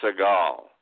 Seagal